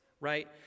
right